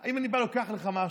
אם אני בא ולוקח לך משהו,